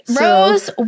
Rose